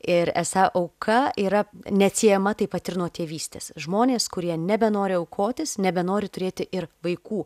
ir esą auka yra neatsiejama taip pat ir nuo tėvystės žmonės kurie nebenori aukotis nebenori turėti ir vaikų